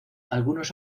algunos